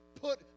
put